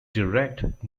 direct